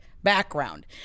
background